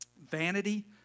Vanity